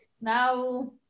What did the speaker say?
now